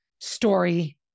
story